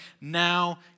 now